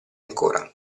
ancora